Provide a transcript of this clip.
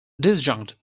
disjunct